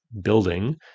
building